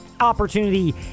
opportunity